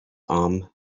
arm